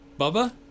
Bubba